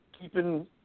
keeping